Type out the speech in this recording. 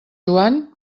joan